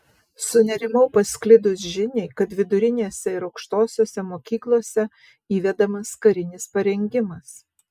sunerimau pasklidus žiniai kad vidurinėse ir aukštosiose mokyklose įvedamas karinis parengimas